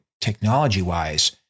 technology-wise